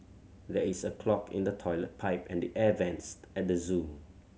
there is a clog in the toilet pipe and the air vents at the zoo